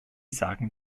sagen